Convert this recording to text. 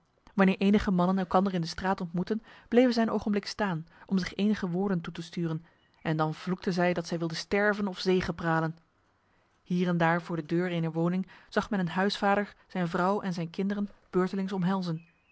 wanneer enige mannen elkander in de straat ontmoetten bleven zij een ogenblik staan om zich enige woorden toe te sturen en dan vloekten zij dat zij wilden sterven of zegepralen hier en daar voor de deur ener woning zag men een huisvader zijn vrouw en zijn kinderen beurtelings omhelzen